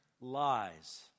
lies